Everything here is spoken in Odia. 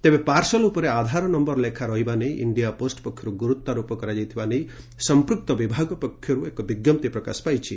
ତେବେ ପାର୍ସଲ୍ ଉପରେ ଆଧାର ନୟର ଲେଖା ରହିବା ନେଇ ଇଣ୍ଡିଆ ପୋଷ୍ ପକ୍ଷରୁ ଗୁରୁତ୍ୱାରୋପ କରାଯାଇଥିବା ନେଇ ସଂପୃକ୍ତ ବିଭାଗ ପକ୍ଷରୁ ଏକ ବିଜ୍ଞପ୍ତି ପ୍ରକାଶ ପାଇଛି